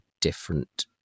different